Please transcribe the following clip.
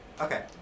Okay